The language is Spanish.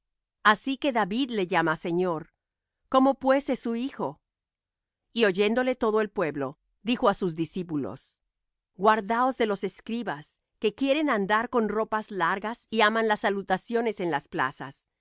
así que david le llama señor cómo pues es su hijo y oyéndole todo el pueblo dijo á sus discípulos guardaos de los escribas que quieren andar con ropas largas y aman las salutaciones en las plazas